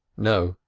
no,